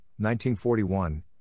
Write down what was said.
1941